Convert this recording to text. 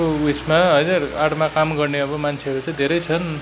को उयेसमा हैन आडमा काम गर्ने अब मान्छेहरू चाहिँ धेरै छन्